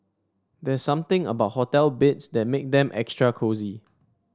there's something about hotel beds that make them extra cosy